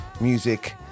music